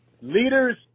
Leaders